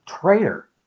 traitor